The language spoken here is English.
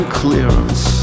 clearance